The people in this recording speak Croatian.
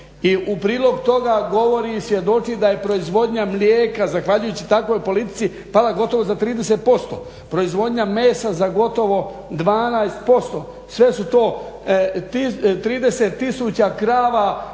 I u prilog toga govori i svjedoči da je proizvodnja mlijeka zahvaljujući takvoj politici pala gotovo za 30%, proizvodnja mesa za gotovo 12%. 30 tisuća krava